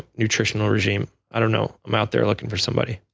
nutritional regime. i don't know i'm out there looking for somebody.